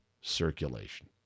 circulation